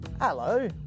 Hello